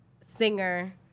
singer